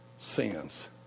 sins